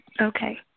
Okay